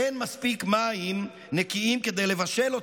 אין מספיק מים נקיים כדי לבשל אותו.